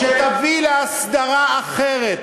שתביא להסדרה אחרת,